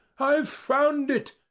i've found it,